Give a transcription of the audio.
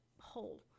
hole